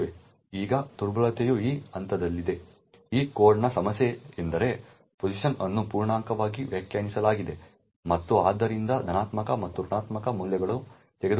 ಈಗ ದುರ್ಬಲತೆಯು ಈ ಹಂತದಲ್ಲಿದೆ ಈ ಕೋಡ್ನ ಸಮಸ್ಯೆ ಎಂದರೆ pos ಅನ್ನು ಪೂರ್ಣಾಂಕವಾಗಿ ವ್ಯಾಖ್ಯಾನಿಸಲಾಗಿದೆ ಮತ್ತು ಆದ್ದರಿಂದ ಧನಾತ್ಮಕ ಮತ್ತು ಋಣಾತ್ಮಕ ಮೌಲ್ಯಗಳನ್ನು ತೆಗೆದುಕೊಳ್ಳಬಹುದು